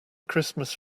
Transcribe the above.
christmas